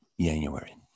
january